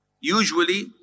usually